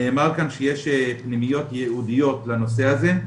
נאמר כאן שיש פנימיות ייעודיות לנושא הזה,